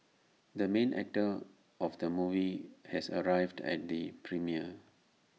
the main actor of the movie has arrived at the premiere